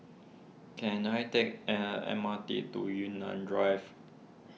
can I take an M R T to Yunnan Drive